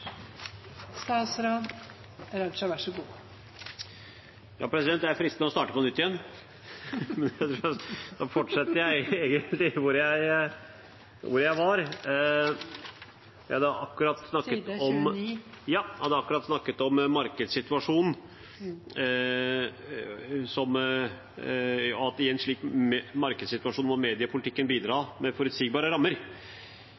Statsråd Abid Q. Raja får ordet til å fortsette redegjørelsen. Det er fristende å starte på nytt, men jeg skal fortsette der jeg var. Jeg hadde akkurat snakket om markedssituasjonen, og at i en slik markedssituasjon må mediepolitikken